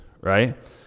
right